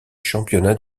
championnats